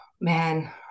man